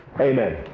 Amen